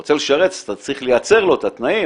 ורוצה לשרת אז אתה צריך לייצר לו את התנאים